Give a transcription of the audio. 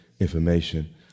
information